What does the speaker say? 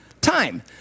Time